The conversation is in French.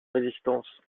résistance